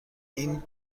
این